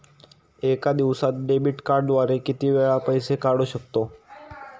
एका दिवसांत डेबिट कार्डद्वारे किती वेळा पैसे काढू शकतो?